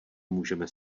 můžeme